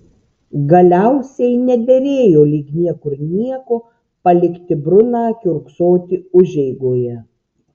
galiausiai nederėjo lyg niekur nieko palikti bruną kiurksoti užeigoje